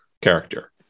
character